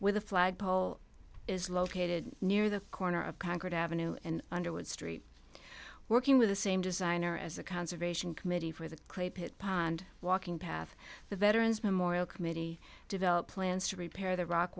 with a flagpole is located near the corner of concord avenue and underwood street working with the same designer as the conservation committee for the clay pit pond walking path the veterans memorial committee develop plans to repair the rock